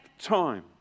time